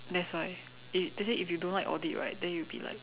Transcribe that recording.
that's why eh they say if you don't like audit right then you will be like